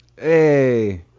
hey